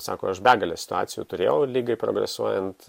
sako aš begalę situacijų turėjau ligai progresuojant